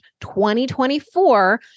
2024